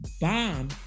bomb